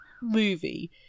movie